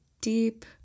deep